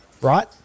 right